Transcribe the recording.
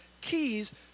keys